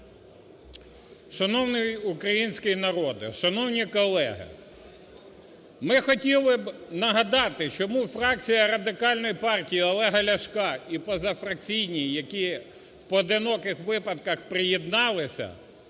Шановний український народе, шановні колеги! Ми хотіли б нагадати, чому фракція Радикальна партія Олега Ляшка і позафракційні, які в поодиноких випадках приєдналися,